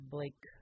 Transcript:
Blake